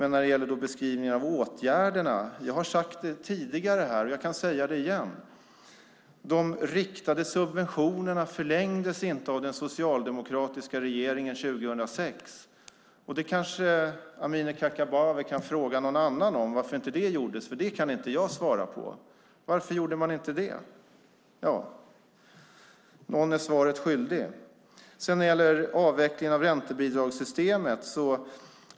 När det gäller beskrivningar av åtgärderna har jag tidigare sagt, och jag kan säga det igen, att de riktade subventionerna inte förlängdes av den socialdemokratiska regeringen 2006. Amineh Kakabaveh kanske kan fråga någon annan om varför inte det gjordes, för det kan inte jag svara på. Varför gjorde man inte det? Någon är svaret skyldig. Vi fattade beslut om en avveckling av räntebidragssystemet.